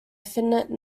finite